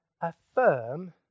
affirm